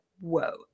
whoa